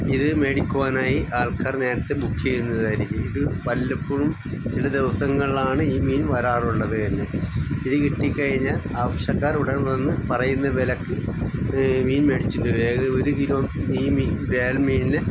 ഇത് മേടിക്കുവാനായി ആൾക്കാർ നേരത്തെ ബുക്ക് ചെയ്യുന്നതായിരിക്കും ഇത് വല്ലപ്പോഴും ചില ദിവസങ്ങളിലാണ് ഈ മീൻ വരാറുള്ളത് തന്നെ ഇത് കിട്ടിക്കഴിഞ്ഞാൽ ആവശ്യക്കാർ ഉടൻ വന്ന് പറയുന്ന വിലക്ക് മീൻ മേടിച്ചിട്ട് വരും അതിലൊരു കിലോ മീൻ മീൻ വേറെ മീനിനെ